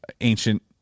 ancient